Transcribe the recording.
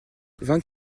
vingt